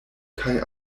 kaj